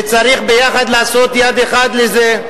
וצריך ביחד, לעשות יד אחת לזה,